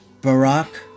Barack